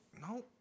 no